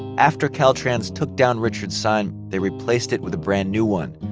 after caltrans took down richard's sign, they replaced it with a brand new one.